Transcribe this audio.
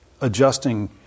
adjusting